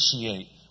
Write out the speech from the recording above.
appreciate